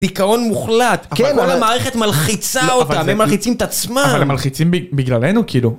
ביקרון מוחלט, כל המערכת מלחיצה אותה, והם מלחיצים את עצמם. אבל הם מלחיצים בגללנו, כאילו.